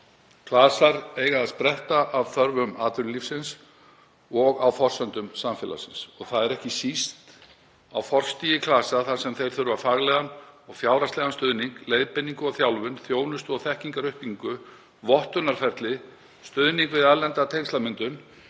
Klasar eiga að spretta af þörfum atvinnulífsins og á forsendum samfélagsins. Það er ekki síst á forstigi klasa sem þeir þurfa faglegan og fjárhagslegan stuðning, leiðbeiningu og þjálfun, þjónustu og þekkingaruppbyggingu, vottunarferli, stuðning við erlenda tengslamyndun,